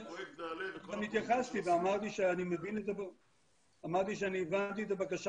של פרויקט נעל"ה --- גם התייחסתי ואמרתי שאני הבנתי את הבקשה